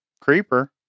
Creeper